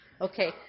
Okay